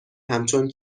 همچون